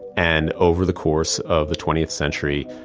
and over the course of the twentieth century,